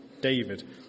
David